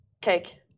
Cake